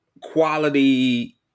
quality